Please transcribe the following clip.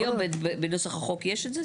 היום בנוסח החוק יש את זה?